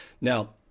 Now